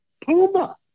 Puma